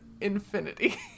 infinity